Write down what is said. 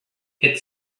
hit